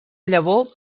llavor